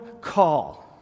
call